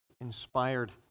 inspired